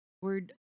Word